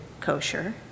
kosher